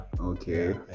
Okay